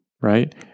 Right